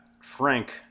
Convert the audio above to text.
Frank